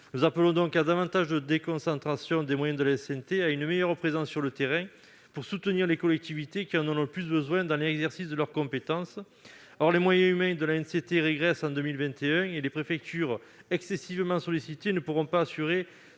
Nous appelons cependant à davantage de déconcentration des moyens de l'ANCT et à une meilleure présence sur le terrain pour soutenir les collectivités qui en ont le plus besoin dans l'exercice de leurs compétences. Or les moyens humains de l'Agence régressent en 2021 et les préfectures, excessivement sollicitées, ne pourront pas assurer